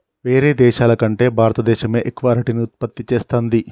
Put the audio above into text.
వేరే దేశాల కంటే భారత దేశమే ఎక్కువ అరటిని ఉత్పత్తి చేస్తంది